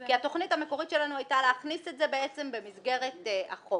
כי התכנית המקורית שלנו היתה להכניס את זה בעצם במסגרת החוק.